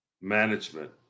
management